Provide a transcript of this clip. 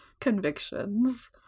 convictions